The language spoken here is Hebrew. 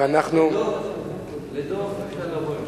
החלטת שר הפנים לגרש כ-1,000 ילדי מהגרים,